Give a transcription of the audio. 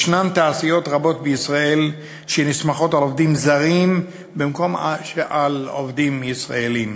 יש תעשיות רבות בישראל שנסמכות על עובדים זרים במקום על עובדים ישראלים.